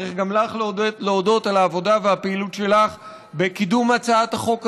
צריך גם לך להודות על העבודה והפעילות שלך בקידום הצעת החוק הזו.